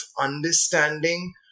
understanding